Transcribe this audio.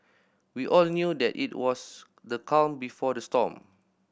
we all knew that it was the calm before the storm